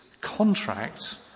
contract